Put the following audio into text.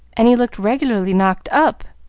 and he looked regularly knocked up,